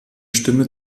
stimme